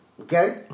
okay